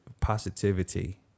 positivity